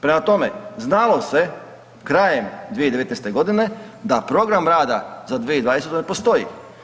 Prema tome znalo se krajem 2019. godine da program rada za 2020. ne postoji.